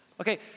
Okay